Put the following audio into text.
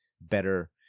better